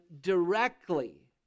directly